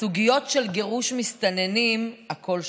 בסוגיות של גירוש מסתננים, הכול שפיט,